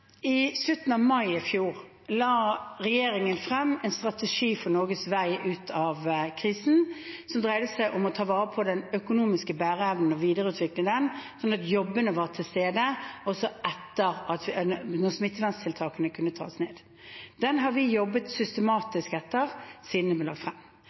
I slutten av mai i fjor la regjeringen frem en strategi for Norges vei ut av krisen som dreide seg om å ta vare på den økonomiske bæreevnen og videreutvikle den, sånn at jobbene var til stede også når smitteverntiltakene kunne tas ned. Den har vi jobbet systematisk etter siden den ble lagt frem.